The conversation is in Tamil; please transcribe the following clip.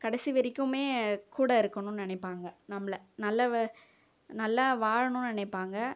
கடைசி வரைக்குமே கூட இருக்கணுன்னு நெனைப்பாங்க நம்மள நல்லா நல்லா வாழணும்ன்னு நினைப்பாங்க